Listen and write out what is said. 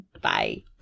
Bye